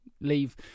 leave